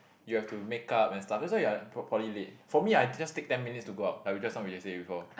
you have to make-up and stuff that's why you are pro~ probably late for me I just take ten minutes to go out like we just now we already said before